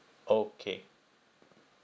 okay